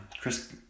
Chris